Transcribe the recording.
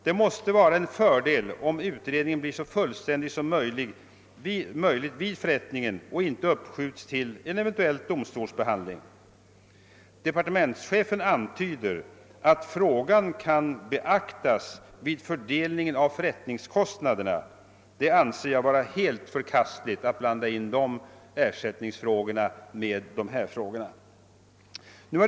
Det måste då vara en fördel om utredningen blir så fullständig som möjligt vid förrättningen och inte uppskjuts till en eventuell domstolsbehandling. Departementschefen antyder att frågan om ersättning kan beaktas vid fördelningen av förrättningskostnaden. Jag anser det vara helt förkastligt att blanda samman dessa ersättningsfrågor.